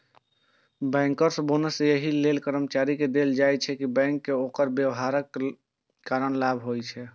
bankers bonus एहि लेल कर्मचारी कें देल जाइ छै, कि बैंक कें ओकर व्यवहारक कारण लाभ होइ छै